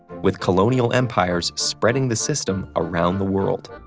with colonial empires spreading the system around the world.